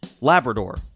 Labrador